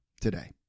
today